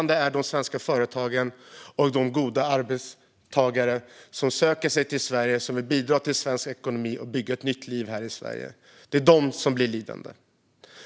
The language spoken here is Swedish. Det är de svenska företagen och de goda arbetstagare som söker sig till Sverige och vill bidra till svensk ekonomi och bygga ett nytt liv här i Sverige som blir lidande.